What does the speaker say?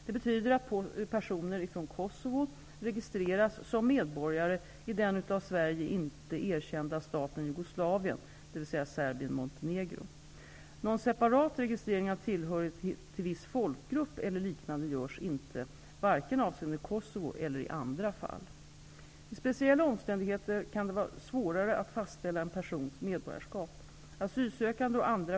Det betyder att personer från Kosovo registreras som medborgare i den av Sverige inte erkända staten ''Jugoslavien'', dvs. Serbien-Montenegro. Någon separat registrering av tillhörighet till viss folkgrupp eller liknande görs inte, varken avseende Kosovo eller i andra fall. Vid speciella omständigheter kan det vara svårare att fastställa en persons medborgarskap.